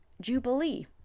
Jubilee